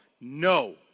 No